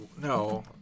No